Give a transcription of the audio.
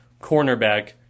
cornerback